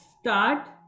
start